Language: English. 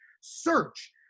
search